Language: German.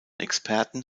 experten